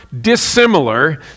dissimilar